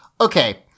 Okay